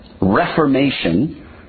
reformation